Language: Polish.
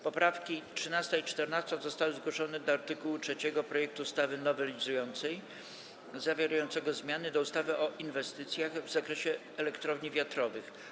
Poprawki 13. i 14. zostały zgłoszone do art. 3 projektu ustawy nowelizującej zawierającego zmiany do ustawy o inwestycjach w zakresie elektrowni wiatrowych.